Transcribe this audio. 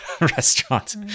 restaurant